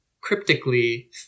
cryptically